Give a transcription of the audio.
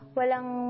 walang